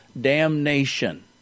damnation